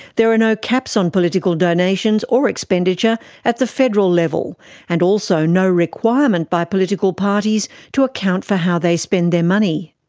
there are no caps on political donations or expenditure at the federal level and also no requirement by political parties to account for how they spend their money.